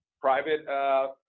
private